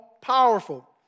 powerful